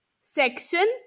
section